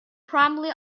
promptly